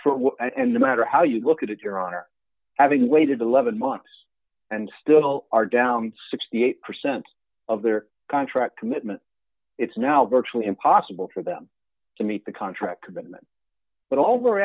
in the matter how you look at it your honor having waited eleven months and still are down sixty eight percent of their contract commitment it's now virtually impossible for them to meet the contract commitment but